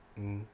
mm